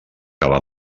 acabar